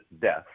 death